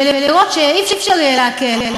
ולראות שאי-אפשר יהיה להקל.